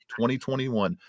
2021